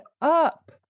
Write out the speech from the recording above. up